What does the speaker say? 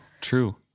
true